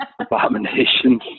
abominations